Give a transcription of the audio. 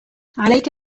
عليك